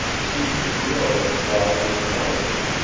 seemed to grow larger and larger,